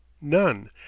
None